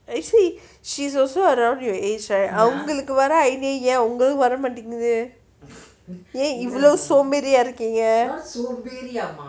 I see she's also around your age right அவுங்களுக்கு வர:avungalukku vara idea ஏன் உங்களுக்கு வர மாட்டுது ஏன் இவ்ளோ சோம்பேரியா:yean ungalluku vara mathuthu yean ivlo somberi ah இருக்கிங்க:irukinga